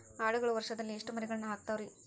ಆಡುಗಳು ವರುಷದಲ್ಲಿ ಎಷ್ಟು ಮರಿಗಳನ್ನು ಹಾಕ್ತಾವ ರೇ?